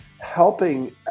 helping